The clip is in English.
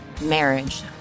marriage